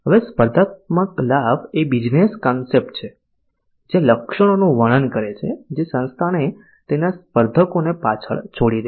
હવે સ્પર્ધાત્મક લાભ એ બિઝનેસ કોન્સેપ્ટ છે જે લક્ષણોનું વર્ણન કરે છે જે સંસ્થાને તેના સ્પર્ધકોને પાછળ છોડી દે છે